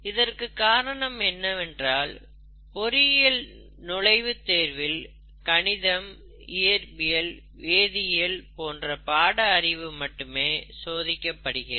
இதற்கு காரணம் என்னவென்றால் பொறியியல் நுழைவுத் தேர்வில் கணிதம் இயற்பியல் வேதியியல் போன்ற பாட அறிவு மட்டுமே சோதிக்கப்படுகிறது